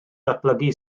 datblygu